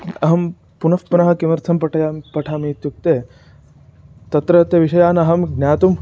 अहं पुनः पुनः किमर्थं पठया पठामि इत्युक्ते तत्रत्य विषयानहं ज्ञातुम्